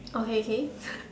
okay K K